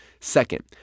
Second